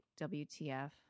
WTF